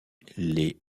les